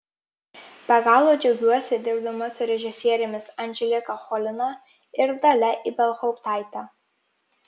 be galo džiaugiuosi dirbdama su režisierėmis anželika cholina ir dalia ibelhauptaite